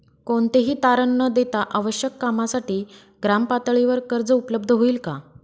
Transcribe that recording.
कोणतेही तारण न देता आवश्यक कामासाठी ग्रामपातळीवर कर्ज उपलब्ध होईल का?